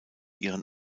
ihren